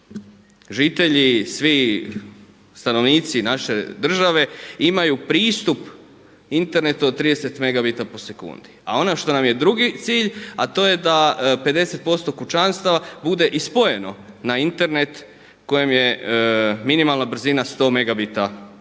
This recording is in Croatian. žitelji, svi stanovnici naše države imaju pristup internetu od 30 mg/s, a ono što nam je drugi cilj, a to je da 50% kućanstava bude i spojeno na Internet kojem je minimalna brzina 100 mg/s.